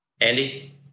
Andy